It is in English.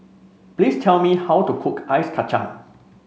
please tell me how to cook Ice Kachang